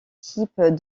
types